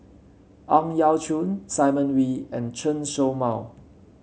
Ang Yau Choon Simon Wee and Chen Show Mao